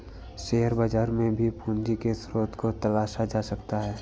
share बाजार में भी पूंजी के स्रोत को तलाशा जा सकता है